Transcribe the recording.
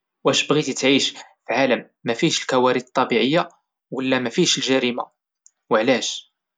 واش بغيتي تعيش فعالم مافيهش الكوارث الطبيعية ولا فعالم مافيهش الجريمة وعلاش؟